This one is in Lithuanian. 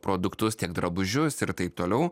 produktus tiek drabužius ir taip toliau